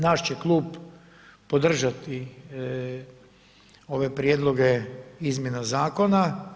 Naš će klub podržati ove prijedloge izmjena zakona.